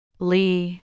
Lee